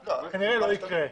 זה כנראה לא יקרה.